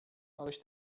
aleś